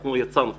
אנחנו יצאנו כבר.